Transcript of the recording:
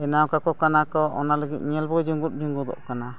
ᱵᱮᱱᱟᱣ ᱠᱟᱠᱚ ᱠᱟᱱᱟ ᱠᱚ ᱚᱱᱟ ᱞᱟᱹᱜᱤᱫ ᱧᱮᱞ ᱵᱚᱱ ᱡᱩᱸᱜᱩᱫᱼᱡᱩᱸᱜᱩᱫᱚᱜ ᱠᱟᱱᱟ